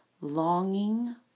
longing